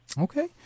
Okay